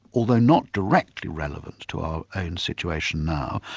although not directly relevant to our own situation now,